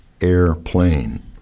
airplane